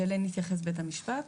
שאליהן התייחס בית המשפט,